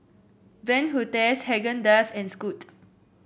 Van Houten Haagen Dazs and Scoot